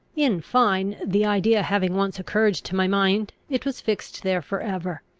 in fine, the idea having once occurred to my mind, it was fixed there for ever.